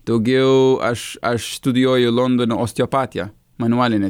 daugiau aš aš studijuoju londone osteopatiją manualinę